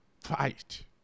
fight